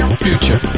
future